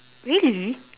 really